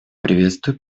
приветствую